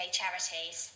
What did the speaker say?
charities